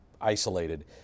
isolated